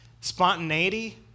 Spontaneity